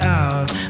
out